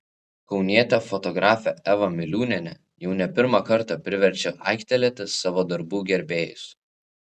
kaunietė fotografė eva miliūnienė jau ne pirmą kartą priverčia aiktelėti savo darbų gerbėjus